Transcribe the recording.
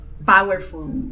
powerful